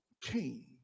King